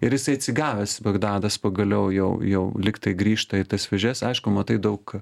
ir jisai atsigavęs bagdadas pagaliau jau jau liktai grįžta į tas vėžes aišku matai daug